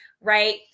right